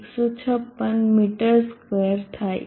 156 metre square થાય